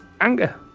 anger